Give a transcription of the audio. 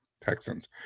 Texans